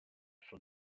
for